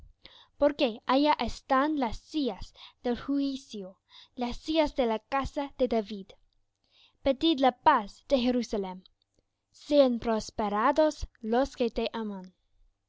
porque allá están las sillas del juicio las sillas de la casa de david pedid la paz de jerusalem sean prosperados los que te aman